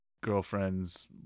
girlfriends